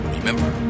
Remember